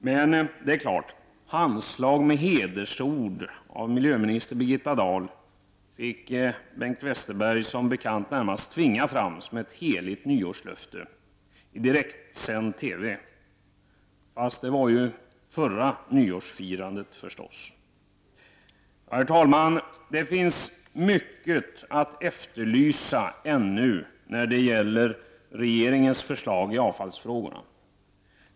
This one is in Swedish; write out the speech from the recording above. Men det är klart, handslag med hedersord av miljöminister Birgitta Dahl fick Bengt Westerberg som bekant närmast tvinga fram som ett heligt nyårslöfte i ett direktsänt TV-program. Fast det var ju förra nyårsfirandet, förstås! Herr talman! Det finns fortfarande mycket att efterlysa när det gäller regeringens förslag om avfallsfrågorna.